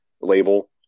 label